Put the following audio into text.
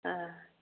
ꯑꯥ